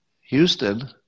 Houston